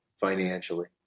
financially